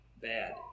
bad